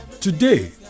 Today